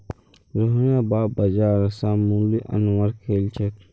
रोहनेर बाप बाजार स मूली अनवार गेल छेक